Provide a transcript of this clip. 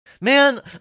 Man